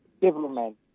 development